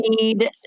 need